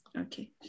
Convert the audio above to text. Okay